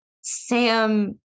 Sam